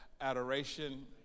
adoration